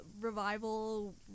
revival